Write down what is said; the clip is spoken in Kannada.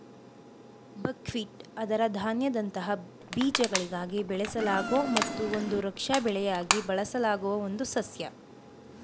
ಬಕ್ಹ್ವೀಟ್ ಅದರ ಧಾನ್ಯದಂತಹ ಬೀಜಗಳಿಗಾಗಿ ಬೆಳೆಸಲಾಗೊ ಮತ್ತು ಒಂದು ರಕ್ಷಾ ಬೆಳೆಯಾಗಿ ಬಳಸಲಾಗುವ ಒಂದು ಸಸ್ಯ